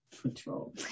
control